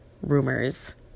rumors